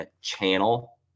channel